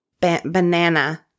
banana